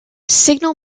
signal